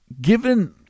given